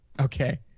Okay